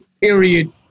period